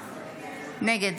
נגד